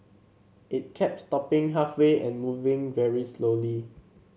it kept stopping halfway and moving very slowly